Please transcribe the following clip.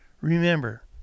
Remember